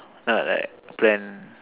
ah like plan